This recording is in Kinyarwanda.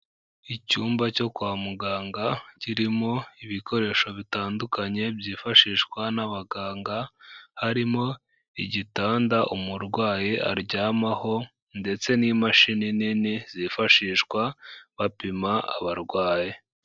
Icyumba cyo kwa muganga kirimo ibikoresho bitandukanye byifashishwa n'abaganga, harimo igitanda umurwayi aryamaho ndetse n'imashini nini zifashishwa bapima abarwayi.